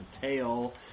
tail